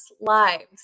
lives